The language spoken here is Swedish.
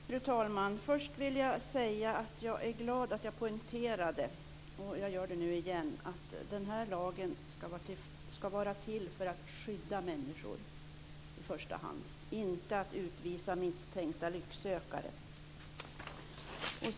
Fru talman! Först vill jag säga att jag är glad att jag poängterade - och jag gör det nu igen - att den här lagen ska vara till för att skydda människor i första hand, inte för att utvisa misstänkta lycksökare.